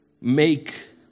make